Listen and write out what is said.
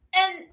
And-